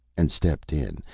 and stepped in,